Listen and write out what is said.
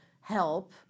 help